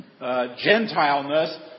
Gentileness